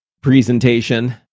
presentation